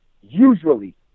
usually